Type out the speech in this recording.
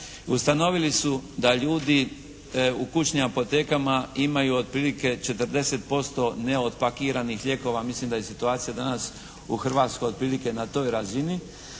Ustanovili su da ljudi u kućnim apotekama imaju otprilike 40% neotpakiranih lijekova. Mislim da je situacija danas u Hrvatskoj otprilike na toj razini.